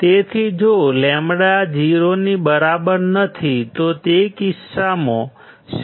તેથી જો λ 0 ની બરાબર નથી તો તે કિસ્સામાં શું થશે